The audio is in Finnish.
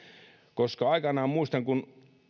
muistan kun